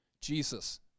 Jesus